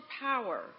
power